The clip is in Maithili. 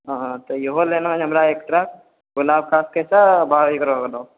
हँ तऽ इहो लेना छै हमरा एक ट्रक गुलाब खास कैसे भाव इधर हो गेलो